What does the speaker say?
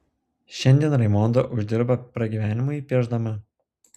šiandien raimonda uždirba pragyvenimui piešdama